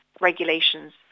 regulations